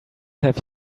have